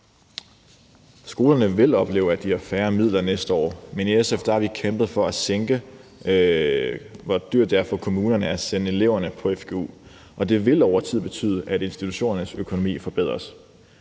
Skolerne vil opleve, at de har færre midler næste år, men i SF har vi kæmpet for at sænke prisen for kommunerne for at sende eleverne på fgu. Det vil over tid betyde, at institutionernes økonomi forbedres.